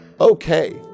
Okay